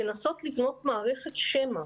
לנסות לבנות מערכת שמע,